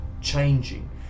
changing